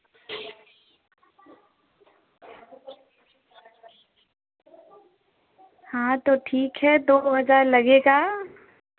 हाँ तो ठीक है दो हज़ार लगेगा